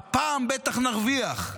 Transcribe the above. הפעם בטח נרוויח.